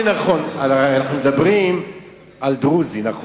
הרי אנחנו מדברים על דרוזי, נכון?